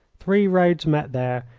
three roads met there,